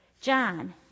John